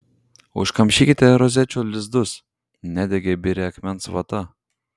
užkamšykite rozečių lizdus nedegia biria akmens vata